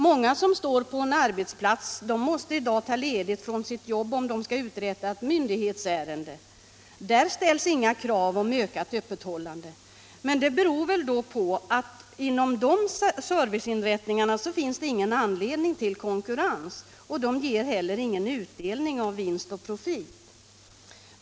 Många som står på en arbetsplats måste i dag ta ledigt från sitt jobb om de skall uträtta ett myndighetsärende. Men där ställs inga krav på ökat öppethållande. Det beror väl på att det inom de serviceinrättningarna inte finns någon anledning till konkurrens. De ger heller ingen utdelning av vinst och profit.